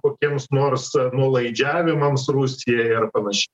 kokiems nors nuolaidžiavimams rusijai ar panašiai